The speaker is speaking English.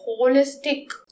holistic